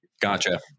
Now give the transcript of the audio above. Gotcha